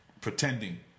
pretending